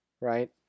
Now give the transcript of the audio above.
right